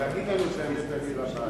תגיד לנו את האמת על עיר הבה"דים.